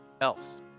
else